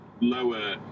lower